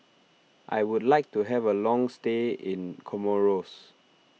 I would like to have a long stay in Comoros